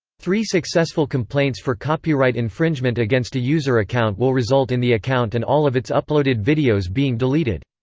three successful complaints for copyright infringement against a user account will result in the account and all of its uploaded videos being deleted.